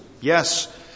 Yes